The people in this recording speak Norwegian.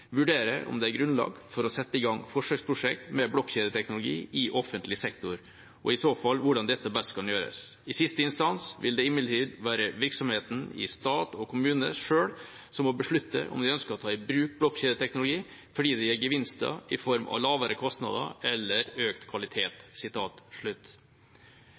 vurdere om det er grunnlag for å sette i gang forsøksprosjekter med blokkjedeteknologi i offentlig sektor, og i så fall hvordan dette best kan gjøres. I siste instans vil det imidlertid være virksomhetene i stat og kommune selv som må beslutte om de ønsker å ta i bruk blokkjedeteknologi fordi det gir gevinster i form av lavere kostnader eller økt